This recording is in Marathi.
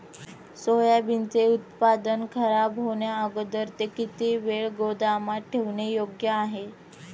सोयाबीनचे उत्पादन खराब होण्याअगोदर ते किती वेळ गोदामात ठेवणे योग्य आहे?